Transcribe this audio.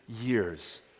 years